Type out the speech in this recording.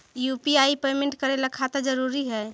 UPI payment करे ला खाता जरूरी है?